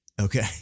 Okay